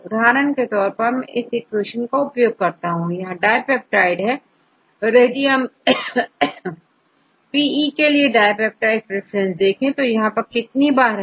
उदाहरण के तौर पर यदि मैं इस इक्वेशन का उपयोग कर रहा हूं यहां पर डाय पेप्टाइड है यदि आपPE के लिए डाय पेप्टाइड प्रेफरेंस देखें तो यहां पर यह कितनी बार है